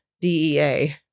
DEA